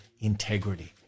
integrity